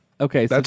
Okay